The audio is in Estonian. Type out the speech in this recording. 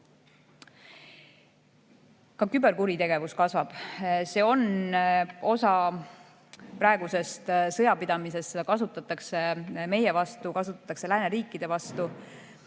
küberkuritegevus kasvab. See on osa praegusest sõjapidamisest, seda kasutatakse meie vastu, kasutatakse lääneriikide vastu.